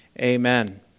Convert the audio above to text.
Amen